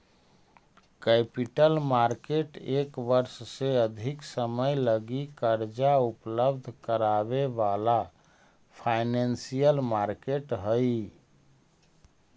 capital market एक वर्ष से अधिक समय लगी कर्जा उपलब्ध करावे वाला फाइनेंशियल मार्केट हई